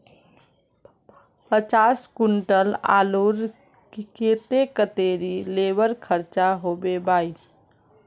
पचास कुंटल आलूर केते कतेरी लेबर खर्चा होबे बई?